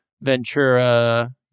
Ventura